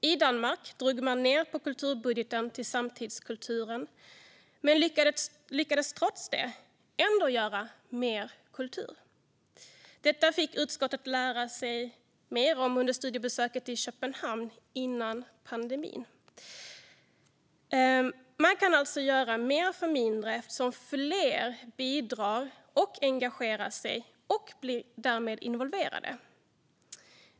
I Danmark drog man ned på kulturbudgeten till samtidskulturen men lyckades trots det göra mer kultur. Detta fick utskottet lära sig mer om under sitt studiebesök i Köpenhamn innan pandemin. Man kan alltså göra mer för mindre eftersom fler blir engagerade och involverade.